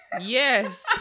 yes